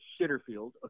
Shitterfield